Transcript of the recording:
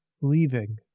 leaving